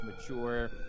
mature